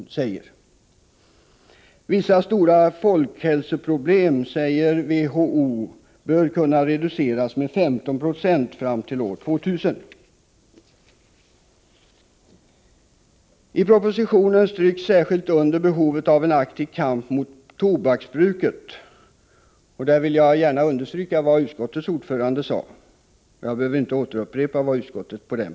WHO uttalar att vissa stora folkhälsoproblem bör kunna reduceras med 15 96 fram till år 2000. I propositionen stryks särskilt under behovet av en aktiv kamp mot tobaksbruket. På den punkten vill jag gärna instämma i vad utskottets ordförande sade och behöver därför inte upprepa vad utskottet har sagt.